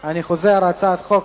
להעביר את הצעת חוק